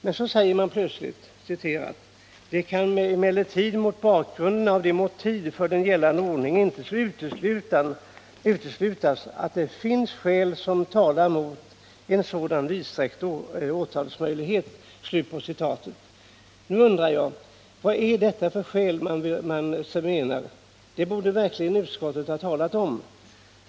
Men så säger man plötsligt: ”Det kan emellertid mot bakgrunden av motiven för den gällande ordningen inte uteslutas att det finns skäl som talar emot en sådan vidsträckt åtalsmöjlighet.” Nu undrar jag: Vad är det för skäl? Det borde utskottet verkligen ha talat om.